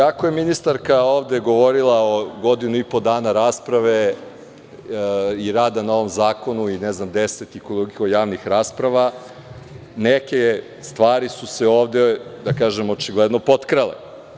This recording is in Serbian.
Iako je ministarka ovde govorila o godinu i po dana rasprave i rada na ovom zakonu i ne znam deset i koliko javnih rasprava, neke stvari su se ovde potkrale.